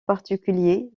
particulier